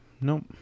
Nope